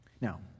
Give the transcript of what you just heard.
Now